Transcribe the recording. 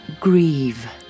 grieve